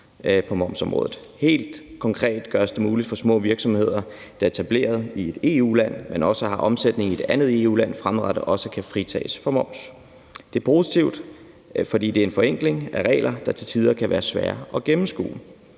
Helt konkret gøres det muligt for små virksomheder, der er etableret i et EU-land, men som også har omsætning i et andet EU-land, fremadrettet også at kunne fritages for moms. Det er positivt, fordi det er en forenkling af regler, der til tider kan være svære at gennemskue.